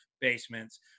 basements